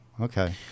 Okay